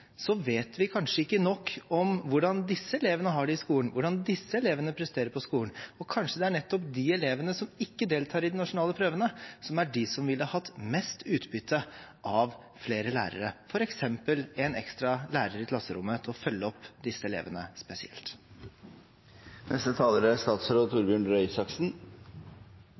vet vi kanskje ikke nok om hvordan disse elevene har det i skolen, hvordan disse elevene presterer på skolen. Kanskje det er nettopp de elevene som ikke deltar i de nasjonale prøvene, som er de som ville hatt mest utbytte av flere lærere, f.eks. en ekstra lærer i klasserommet til å følge opp disse elevene